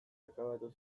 akabatu